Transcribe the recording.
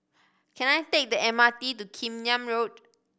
can I take the M R T to Kim Yam Road